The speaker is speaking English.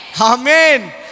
Amen